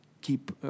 keep